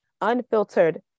unfiltered